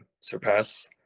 surpass